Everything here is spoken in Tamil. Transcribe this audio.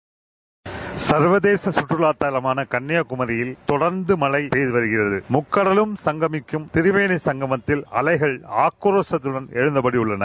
சர்வதேச கற்றுலாத்தலமான கள்னியாகுமரியில் தொடர்ந்து மழை பெய்து வருகிறது முக்கடலும் சங்கமிக்கும் திரிவேணி சங்கமத்தில் அலைகள் ஆக்ரோஷத்தடன் எழுந்தபடி உள்ளன